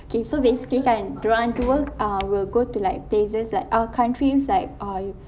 okay so basically kan dia orang dua ah will go to like places like ah countries like uh